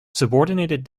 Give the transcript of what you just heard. subordinated